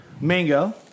mango